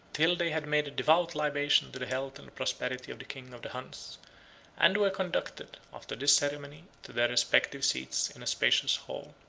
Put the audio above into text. till they had made a devout libation to the health and prosperity of the king of the huns and were conducted, after this ceremony, to their respective seats in a spacious hall.